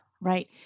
right